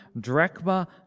drachma